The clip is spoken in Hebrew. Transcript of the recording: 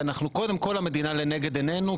וקודם כל המדינה היא לנגד עינינו,